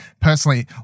personally